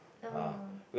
oh